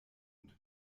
und